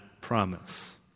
promise